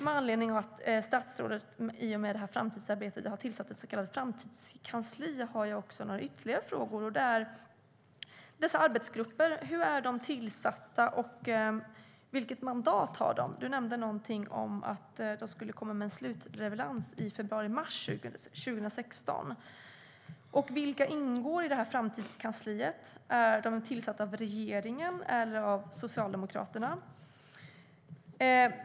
Med anledning av att statsrådet i och med detta framtidsarbete har tillsatt ett så kallat framtidskansli har jag några ytterligare frågor. Hur är dessa arbetsgrupper tillsatta, och vilket mandat har de? Du nämnde någonting om att de skulle komma med en slutleverans i februari mars 2016. Vilka ingår i detta framtidskansli? Är de tillsatta av regeringen eller av Socialdemokraterna?